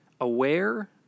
aware